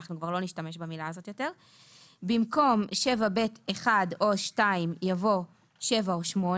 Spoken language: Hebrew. אנחנו כבר לא נשתמש במילה הזאת - במקום "7(ב)(1) או (2)" יבוא "7 או 8"